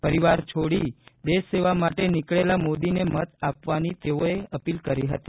પરિવાર છોડી દેશ સેવા માટે નીકળેલા મોદીને મત આપવાની તેઓએ અપીલ કરી હતી